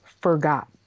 forgot